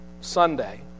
Sunday